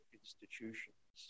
institutions